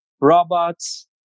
robots